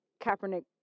Kaepernick